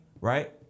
right